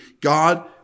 God